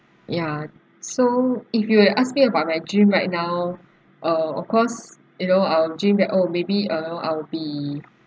ya so if you ask me about my dream right now uh of course you know I'll dream that oh maybe uh you know I'll be